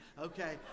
okay